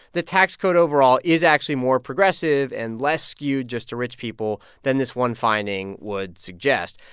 the tax code overall is actually more progressive and less skewed just to rich people than this one finding would suggest.